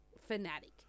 fanatic